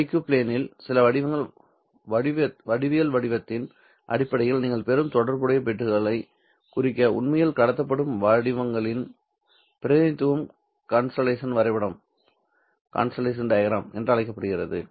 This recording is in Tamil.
IQ ப்ளேனில் சில வடிவியல் வடிவத்தின் அடிப்படையில் நீங்கள் பெறும் தொடர்புடைய பிட்களைக் குறிக்க உண்மையில் கடத்தப்படும் வழி வடிவங்களின் பிரதிநிதித்துவம் கன்ஸ்டல்லேஷன் வரைபடம் என்று அழைக்கப்படுகிறது